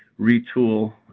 retool